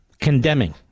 condemning